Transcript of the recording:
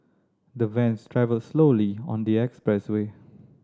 the vans travelled slowly on the expressway